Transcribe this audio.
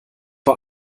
vor